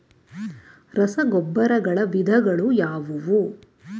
ರಸಗೊಬ್ಬರಗಳ ವಿಧಗಳು ಯಾವುವು?